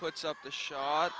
puts up the shot